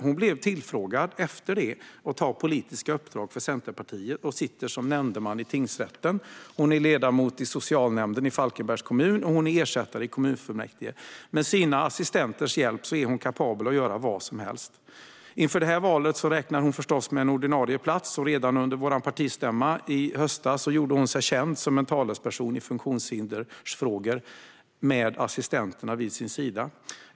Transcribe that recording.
Hon blev efter olyckan tillfrågad om hon ville ta politiska uppdrag för Centerpartiet, och hon sitter som nämndeman i tingsrätten. Hon är också ledamot i socialnämnden i Falkenbergs kommun och ersättare i kommunfullmäktige. Med sina assistenters hjälp är hon kapabel att göra vad som helst. Inför detta val räknar hon förstås med en ordinarie plats. Redan under vår partistämma i höstas gjorde hon sig känd som en talesperson i funktionshindersfrågor, med assistenterna vid sin sida.